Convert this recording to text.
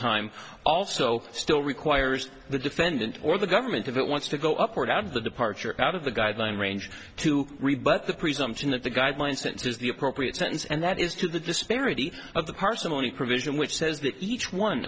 time also still requires the defendant or the government if it wants to go upward out of the departure out of the guideline range to rebut the presumption that the guidelines that is the appropriate sentence and that is to the disparity of the parsimony provision which says that each one